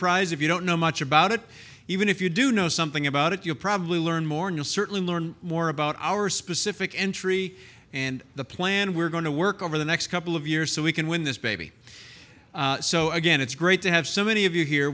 prize if you don't know much about it even if you do know something about it you probably learn more new certainly learn more about our specific entry and the plan we're going to work over the next couple of years so we can win this baby so again it's great to have so many of you here